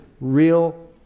real